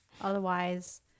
otherwise